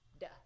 Duh